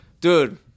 Dude